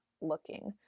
looking